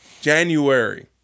January